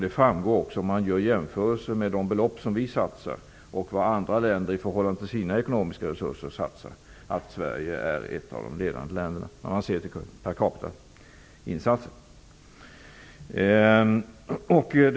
Det framgår också om man gör jämförelser mellan de belopp som vi satsar och vad andra länder satsar, i förhållande till sina ekonomiska resurser, att Sverige är ett av de ledande länderna sett till per capita-insatsen.